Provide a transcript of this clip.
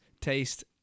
taste